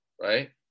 right